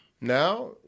Now